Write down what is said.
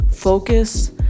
Focus